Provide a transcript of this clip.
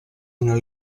una